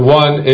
one